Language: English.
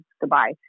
Goodbye